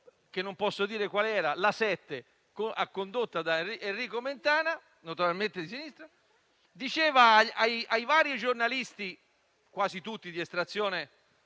che non posso dire qual era, LA7, condotto da Enrico Mentana, notoriamente di sinistra, diceva a vari giornalisti, quasi tutti di estrazione